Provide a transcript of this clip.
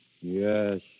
Yes